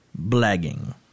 blagging